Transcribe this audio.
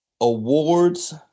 awards